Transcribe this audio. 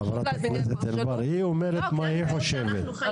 חברת הכנסת ענבר, היא אומרת מה היא חושבת.